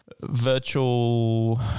virtual